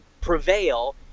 prevail